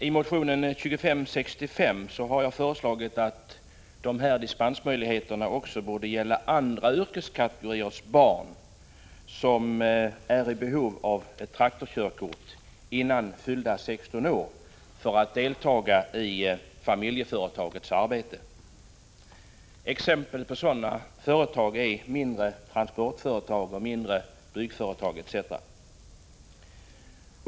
I motion 1984/85:2565 har jag föreslagit att dispensmöjligheterna också borde gälla andra yrkeskategoriers barn som är i behov av traktorkörkort innan de har fyllt 16 år för att delta i familjeföretagets arbete. Exempel på sådana företag är mindre transportföretag och mindre byggföretag.